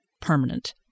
permanent